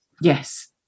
Yes